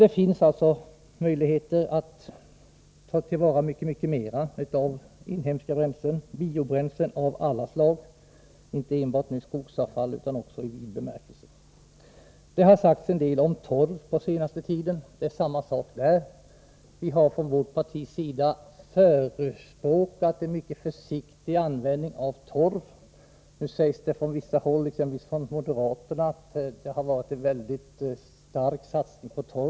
Det finns dock möjlighet att ta mer vara på inhemska bränslen, biobränslen av alla slag, inte enbart skogsavfall utan i mer vid bemärkelse. Det har sagts en del om torv på den senaste tiden. Vårt parti har förespråkat en mycket försiktig användning av torv. Nu sägs från vissa håll, exempelvis från moderaterna, att det har skett en stark satsning på torv.